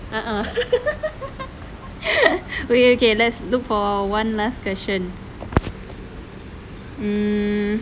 ah ah okay let's look for one more question mm